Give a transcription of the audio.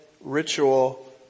ritual